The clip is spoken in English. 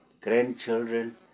grandchildren